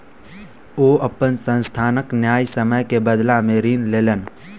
ओ अपन संस्थानक न्यायसम्य के बदला में ऋण लेलैन